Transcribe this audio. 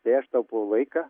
tai aš taupau laiką